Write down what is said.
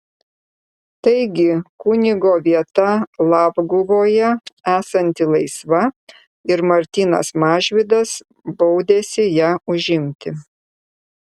taigi kunigo vieta labguvoje esanti laisva ir martynas mažvydas baudėsi ją užimti